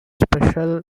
special